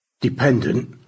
Dependent